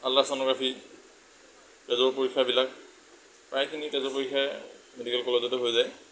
ultrasonography তেজৰ পৰীক্ষাবিলাক প্ৰায়খিনি তেজৰ পৰীক্ষায়ে মেডিকেল কলেজতে হৈ যায়